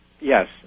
Yes